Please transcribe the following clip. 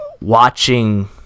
Watching